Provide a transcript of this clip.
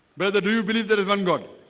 whether do you believe there is one god